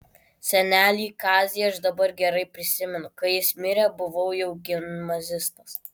senelį kazį aš dar gerai prisimenu kai jis mirė buvau jau gimnazistas